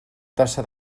tassa